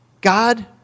God